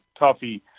Tuffy